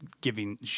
giving